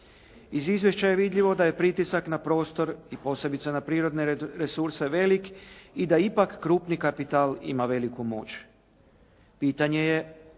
Iz izvješća je vidljivo da je pritisak na prostor i posebice ne prirodne resurse velik i da ipak krupni kapital ima veliku moć. Pitanje je